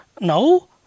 No